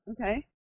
Okay